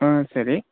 ಹಾಂ ಸರಿ